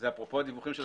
זה אפרופו הדיווחים.